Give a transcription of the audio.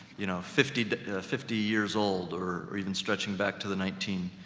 you know, fifty d fifty years old, or, or even stretching back to the nineteen,